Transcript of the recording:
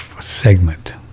segment